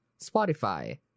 Spotify